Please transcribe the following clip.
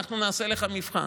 אנחנו נעשה לך מבחן.